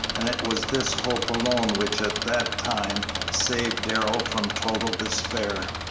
and it was this hope alone which at that time saved darrell from total despair.